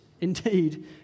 indeed